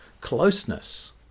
closeness